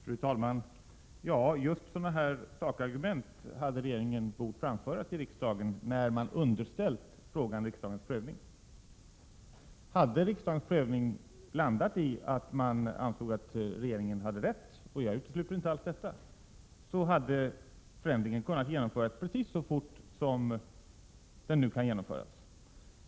Fru talman! Ja, just sådana här sakargument hade regeringen bort framföra till riksdagen då man underställt frågan riksdagens prövning. Hade riksdagens prövning resulterat i att regeringen hade rätt — och jag utesluter inte alls detta — hade förändringen kunnat genomföras precis lika fort som nu är fallet.